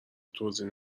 توضیح